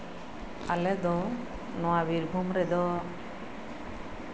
ᱟᱞᱮ ᱫᱚ ᱱᱚᱣᱟ ᱵᱤᱨᱵᱷᱩᱢ ᱨᱮᱫᱚ